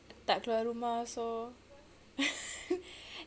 tak keluar rumah so